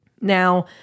Now